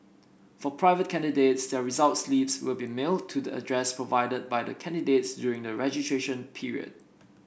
for private candidates their result slips will be mailed to the address provided by the candidates during the registration period